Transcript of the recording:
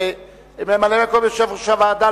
ממלא-מקום יושב-ראש הוועדה,